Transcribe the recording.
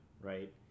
right